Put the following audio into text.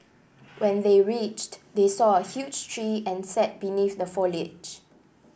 when they reached they saw a huge tree and sat beneath the foliage